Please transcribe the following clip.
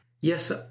Yes